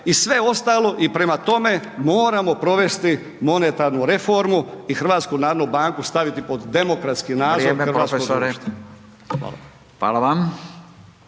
i sve ostalo i prema tome moramo provesti monetarnu reformu i HNB staviti pod demokratski nadzor …/Upadica: Vrijeme